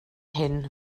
hyn